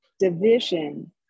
division